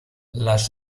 las